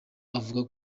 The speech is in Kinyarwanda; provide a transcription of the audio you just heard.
avuga